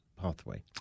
pathway